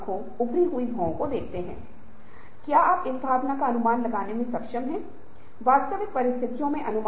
इसलिए हर कदम पर हमें फिर से योजना बनानी होगी अगर यह वास्तव में क्षेत्र में काम नहीं कर रहा है